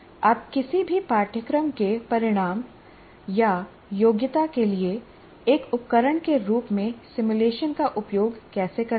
आप किसी भी पाठ्यक्रम के परिणाम या योग्यता के लिए एक उपकरण के रूप में सिमुलेशन का उपयोग कैसे करते हैं